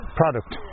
product